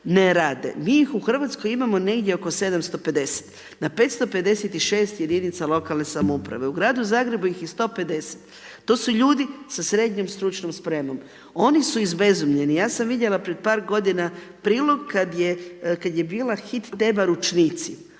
ne rade. Mi ih u Hrvatskoj imamo negdje oko 750 na 556 jedinica lokalne samouprave. U Gradu Zagrebu ih je 150. To su ljudi sa srednjom stručnom spremom. Oni su izbezumljeni. Ja sam vidjela prije par godina prilog kada je bila hit tema ručnici.